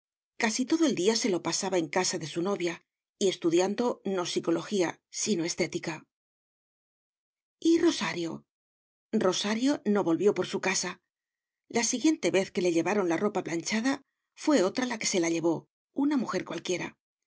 casi todo el día se lo pasaba en casa de su novia y estudiando no psicología sino estética y rosario rosario no volvió por su casa la siguiente vez que le llevaron la ropa planchada fué otra la que se la llevó una mujer cualquiera